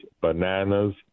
bananas